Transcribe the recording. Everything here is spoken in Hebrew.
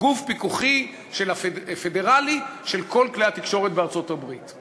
גוף פיקוחי פדרלי של כל כלי התקשורת בארצות-הברית,